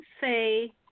say